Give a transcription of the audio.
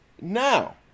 Now